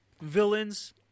villains